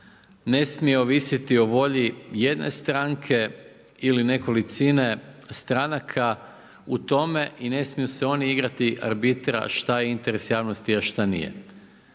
ne smije ovisiti o volji jedne stranke ili nekolicine stranka u tome i ne smiju se oni igrati arbitra šta je interes javnosti a šta nije.